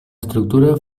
estructura